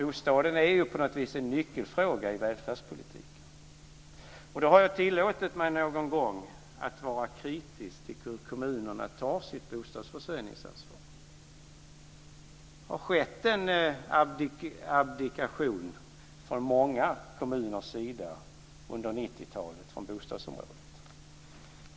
Bostaden är ju på något vis en nyckelfråga i välfärdspolitiken. Jag har någon gång tillåtit mig att vara kritisk till hur kommunerna tar sitt bostadsförsörjningsansvar. Det har skett en abdikation från många kommuners sida under 90-talet på bostadsområdet.